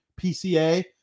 PCA